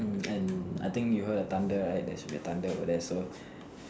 mm and I think you heard a thunder right there should be a thunder over there so